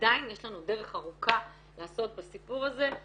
ועדיין יש לנו דרך ארוכה לעשות בסיפור הזה,